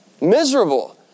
Miserable